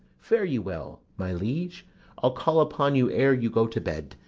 fare you well, my liege i'll call upon you ere you go to bed,